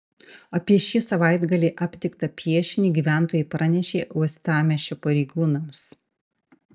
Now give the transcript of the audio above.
apie šį savaitgalį aptiktą piešinį gyventojai pranešė uostamiesčio pareigūnams